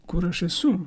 kur aš esu